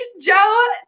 Joe